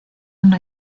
una